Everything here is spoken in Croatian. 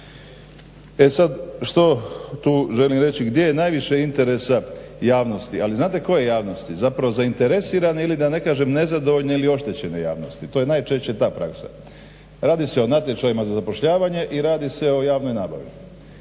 E sada što tu želim reći gdje je najviše interesa javnosti, ali znate koje javnosti? Zapravo zainteresirane ili da ne kažem nezadovoljne ili oštećene javnosti. To je najčešće ta praksa. Radi se o natječajima za zapošljavanje i radi se o javnoj nabavi.